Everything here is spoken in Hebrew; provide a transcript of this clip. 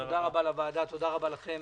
תודה רבה לוועדה, תודה רבה לכם.